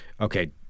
Okay